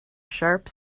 sharp